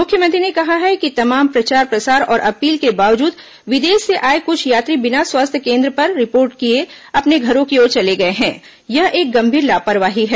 मुख्यमंत्री ने कहा है कि तमाम प्रचार प्रसार और अपील के बावजूद विदेश से आए कुछ यात्री बिना स्वास्थ्य केन्द्र पर रिपोर्ट किए अपने घरों की ओर चले गए हैं यह एक गंभीर लापरवाही है